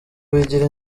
bigira